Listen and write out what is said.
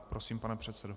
Prosím, pane předsedo.